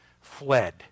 fled